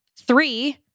Three